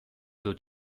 dut